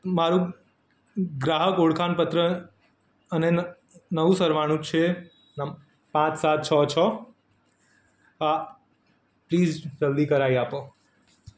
મારું ગ્રાહક ઓળખાણપત્ર અને નવું સરનામું છે પાંચ સાત છ છ હા પ્લીઝ જલ્દી કરાવી આપો